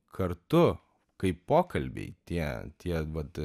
kartu kaip pokalbiai tie tie vat